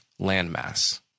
landmass